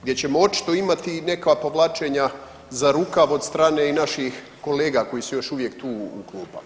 Gdje ćemo očito imati i neka povlačenja za rukav od strane i naših kolega koji su još uvijek tu u klupama.